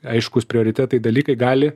aiškūs prioritetai dalykai gali